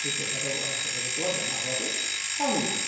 সেই তেখেতৰ তেখেতসকলৰ বেমাৰ হোৱাটো স্বাভাৱিক কথা